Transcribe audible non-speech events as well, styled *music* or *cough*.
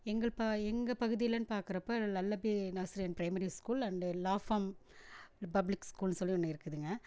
எங்கள் ப எங்கள் பகுதியிலைன்னு பார்க்குறப்ப *unintelligible* nursery and primary school and law farm public ஸ்கூல்னு சொல்லி ஒன்று இருக்குதுங்க